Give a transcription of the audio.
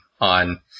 on